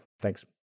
Thanks